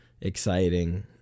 exciting